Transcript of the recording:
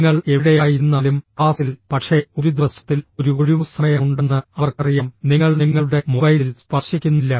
നിങ്ങൾ എവിടെയായിരുന്നാലും ക്ലാസ്സിൽ പക്ഷേ ഒരു ദിവസത്തിൽ ഒരു ഒഴിവുസമയമുണ്ടെന്ന് അവർക്കറിയാം നിങ്ങൾ നിങ്ങളുടെ മൊബൈലിൽ സ്പർശിക്കുന്നില്ല